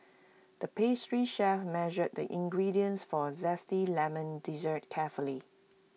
the pastry chef measured the ingredients for A Zesty Lemon Dessert carefully